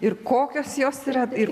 ir kokios jos yra ir